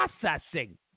processing